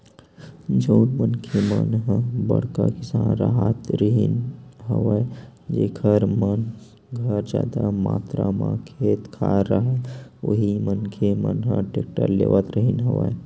जउन मनखे मन ह बड़का किसान राहत रिहिन हवय जेखर मन घर जादा मातरा म खेत खार राहय उही मनखे मन ह टेक्टर लेवत रिहिन हवय